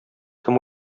кем